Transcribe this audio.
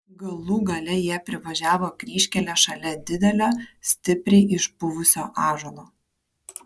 galų gale jie privažiavo kryžkelę šalia didelio stipriai išpuvusio ąžuolo